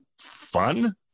fun